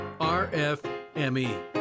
RFME